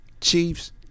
Chiefs